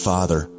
Father